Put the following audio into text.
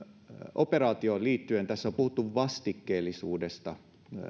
operaatioon liittyen tässä on puhuttu vastikkeellisuudesta